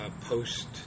post